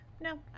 No